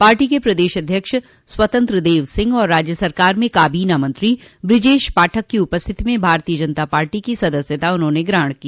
party के प्रदेश अध्यक्ष स्वतंत्र देव सिंह तथा राज्य सरकार में काबीना मंत्री बुजेश पाठक की उपस्थिति में भारतीय जनता पार्टी की सदस्यता ग्रहण की